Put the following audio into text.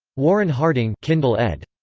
warren harding kindle ed.